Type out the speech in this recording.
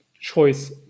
choice